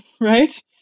right